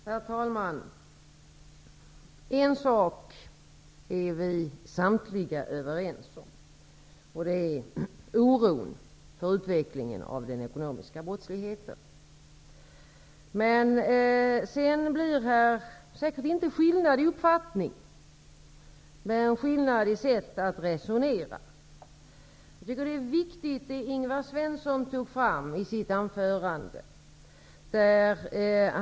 Herr talman! En sak är vi samtliga överens om, nämligen oron för utvecklingen av den ekonomiska brottsligheten. Sedan är det säkert inte skillnad i uppfattning, men skillnad i sätt att resonera. Det som Ingvar Svensson tog fram i sitt anförande är viktigt.